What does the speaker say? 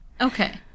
okay